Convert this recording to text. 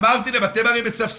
אמרתי להם: אתם הרי מסבסדים,